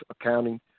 Accounting